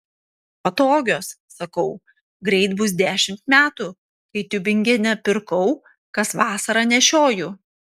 patogios sakau greit bus dešimt metų kai tiubingene pirkau kas vasarą nešioju